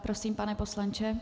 Prosím, pane poslanče.